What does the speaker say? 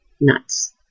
nuts